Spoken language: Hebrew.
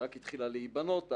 היא רק התחילה להיבנות אז,